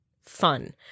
fun